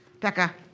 Becca